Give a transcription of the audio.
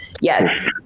Yes